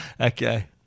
Okay